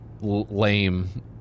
lame